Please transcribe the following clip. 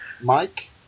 Mike